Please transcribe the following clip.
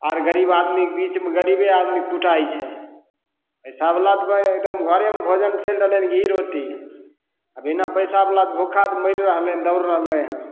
आर गरीब आदमी बीचमे गरीबे आदमी कुटाइ छै पैसावला तऽ भाय एकदम घरेमे भोजन चलि रहलय हन घी रोटी आओर बिना पैसावला तऽ भुक्खा मरि रहलय हन दौड़ रहलय हन